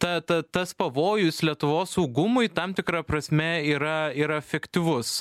ta ta tas pavojus lietuvos saugumui tam tikra prasme yra yra fiktyvus